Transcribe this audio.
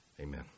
Amen